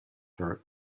her